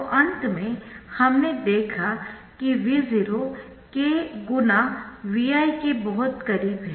तो अंत में हमने देखा कि V0 kV i के बहुत करीब है